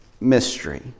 mystery